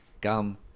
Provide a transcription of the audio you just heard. gum